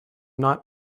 not